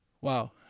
wow